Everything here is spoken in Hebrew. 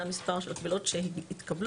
זה המספר של הקבילות שהתקבלו.